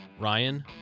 Ryan